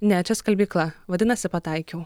ne čia skalbykla vadinasi pataikiau